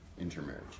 intermarriage